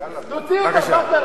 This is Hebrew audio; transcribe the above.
תוציא אותם.